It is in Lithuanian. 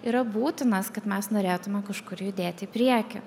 yra būtinas kad mes norėtume kažkur judėti į priekį